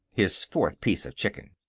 his fourth piece of chicken.